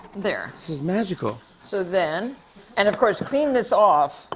there. this is magical. so then and, of course, clean this off.